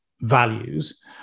values